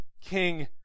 king